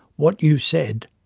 what you said,